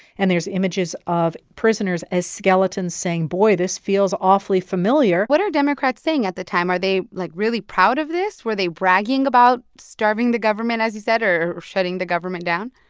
and there's images of prisoners as skeletons saying, boy, this feels awfully familiar what are democrats saying at the time? are they, like, really proud of this? were they bragging about starving the government, as you said, or shutting the government down?